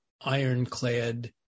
ironclad